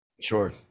Sure